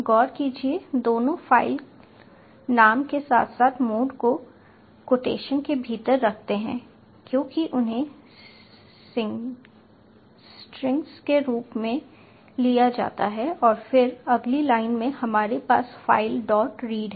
गौर कीजिए दोनों फ़ाइल नाम के साथ साथ मोड को कोटेशन के भीतर रखते हैं क्योंकि इन्हें स्ट्रिंग्स के रूप में लिया जाता है और फिर अगली लाइन में हमारे पास फ़ाइल डॉट रीड है